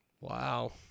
Wow